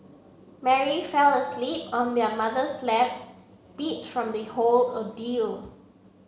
Mary fell asleep on their mother's lap beat from the whole ordeal